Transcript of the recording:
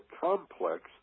complex